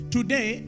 Today